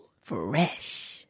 fresh